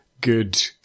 good